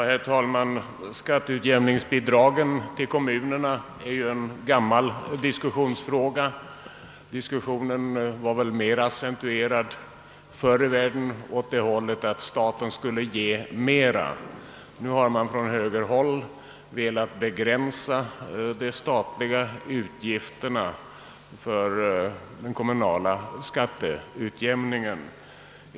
Herr talman! Skatteutjämningsbidragen till kommunerna är ju en gammal diskussionsfråga. Diskussionsinläggen accentuerade väl förr i världen mer uppfattningen att staten borde ge större bidrag. Nu har man från högerhåll velat begränsa de statliga utgifterna för den kommunala skatteutjämningen.